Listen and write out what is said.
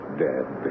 dead